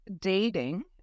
dating